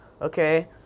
Okay